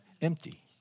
empty